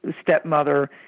stepmother